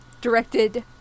directed